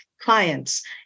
clients